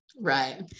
Right